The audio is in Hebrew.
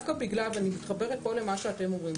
אני מתחברת פה למה שאתם אומרים,